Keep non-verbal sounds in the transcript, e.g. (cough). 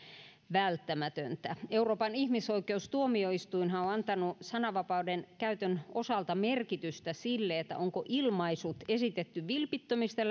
välttämätöntä euroopan ihmisoikeustuomioistuinhan on antanut sananvapauden käytön osalta merkitystä sille onko ilmaisut esitetty vilpittömistä (unintelligible)